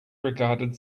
regarded